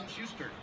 Schuster